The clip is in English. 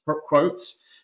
quotes